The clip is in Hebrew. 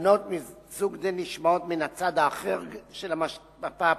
טענות מסוג זה נשמעות מהצד האחר של המפה הפוליטית,